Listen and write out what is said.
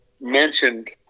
mentioned